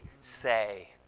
say